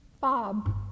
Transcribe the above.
Bob